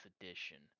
Edition